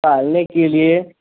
टहलने के लिए